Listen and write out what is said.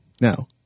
Now